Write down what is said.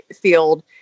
field